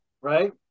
right